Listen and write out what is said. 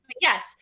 Yes